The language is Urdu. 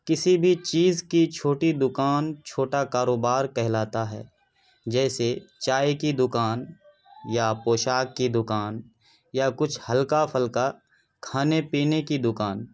کسی بھی چیز کی چھوٹی دکان چھوٹا کاروبار کہلاتا ہے جیسے چائے کی دکان یا پوشاک کی دکان یا کچھ ہلکا پھلکا کھانے پینے کی دکان